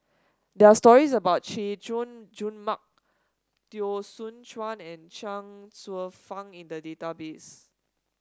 there are stories about Chay Jung Jun Mark Teo Soon Chuan and Chuang Hsueh Fang in the database